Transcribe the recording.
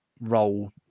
role